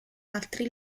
altri